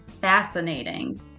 fascinating